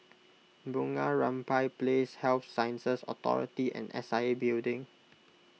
Bunga Rampai Place Health Sciences Authority and S I A Building